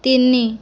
ତିନି